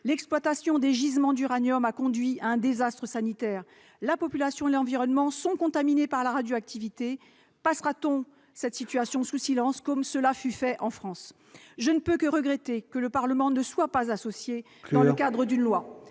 l'exploitation des gisements d'uranium a conduit à un désastre sanitaire : la population et l'environnement sont contaminés par la radioactivité. Passera-t-on la situation sous silence, comme cela fut fait en France ? Je ne peux que regretter que le Parlement ne soit pas associé à ces enjeux, dans le cadre d'une loi.